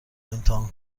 امتحان